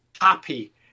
happy